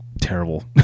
terrible